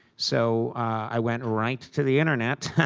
so i went right to the internet